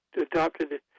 adopted